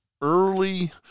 early